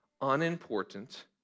unimportant